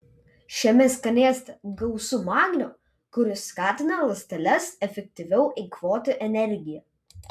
šiame skanėste gausu magnio kuris skatina ląsteles efektyviau eikvoti energiją